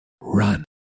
run